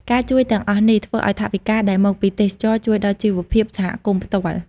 ការជួយទាំងអស់នេះ ធ្វើឱ្យថវិកាដែលមកពីទេសចរណ៍ជួយដល់ជីវភាពសហគមន៍ផ្ទាល់។